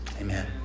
Amen